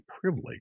privilege